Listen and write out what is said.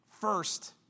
first